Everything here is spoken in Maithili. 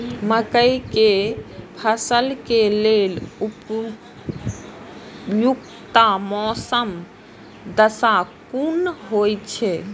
मके के फसल के लेल उपयुक्त मौसमी दशा कुन होए छै?